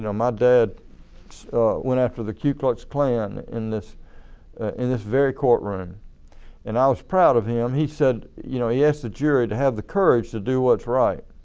my dad went after the ku klux klan in this in this very courtroom and i was proud of him. he said you know he asked the jury to have the courage to do what's right.